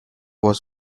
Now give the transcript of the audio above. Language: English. was